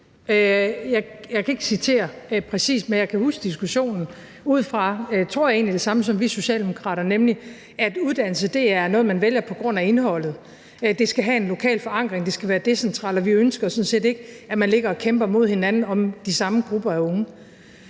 Jeg kan ikke citere noget præcist, men jeg kan huske diskussionen ud fra, tror jeg egentlig det samme som vi Socialdemokrater mener, at uddannelse er noget, man vælger på grund af indholdet. Det skal have en lokal forankring, det skal være decentralt, og vi ønsker sådan set ikke, at man ligger og kæmper mod hinanden om de samme grupper af unge.